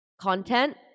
content